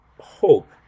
hope